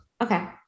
Okay